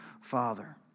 Father